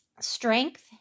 strength